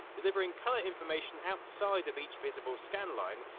delivering colour information outside of each visible scanline,